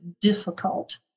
difficult